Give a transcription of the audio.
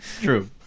True